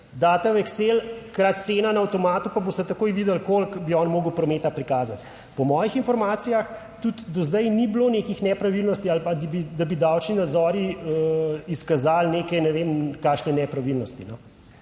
daste v Excell krat cena na avtomatu, pa boste takoj videli koliko bi on moral prometa prikazati. Po mojih informacijah tudi do zdaj ni bilo nekih nepravilnosti ali pa da bi davčni nadzori izkazali neke ne vem kakšne nepravilnosti.